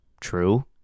true